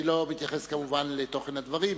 אני לא מתייחס לתוכן הדברים,